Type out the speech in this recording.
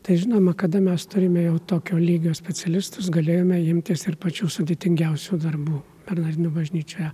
tai žinoma kada mes turime jau tokio lygio specialistus galėjome imtis ir pačių sudėtingiausių darbų bernardinų bažnyčioje